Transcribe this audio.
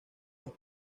los